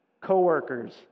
coworkers